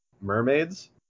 mermaids